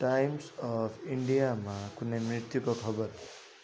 times of इन्डियामा कुनै मृत्युको खबर